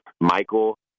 Michael